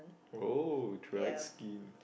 oh dried skin